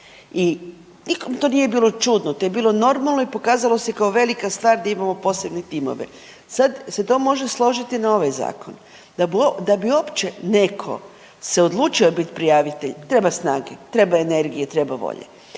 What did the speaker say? i nikom to nije bilo čudno, to je bilo normalno i pokazalo se kao velika stvar gdje imamo posebne timove. Sad se to može složiti na ovaj zakon, da bi uopće neko se odlučio bit prijavitelj treba snage, treba energije, treba volje,